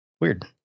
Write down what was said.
weird